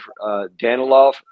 Danilov